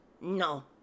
no